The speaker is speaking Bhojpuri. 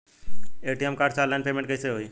ए.टी.एम कार्ड से ऑनलाइन पेमेंट कैसे होई?